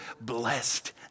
blessed